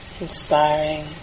inspiring